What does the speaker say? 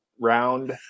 round